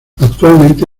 actualmente